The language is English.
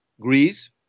Greece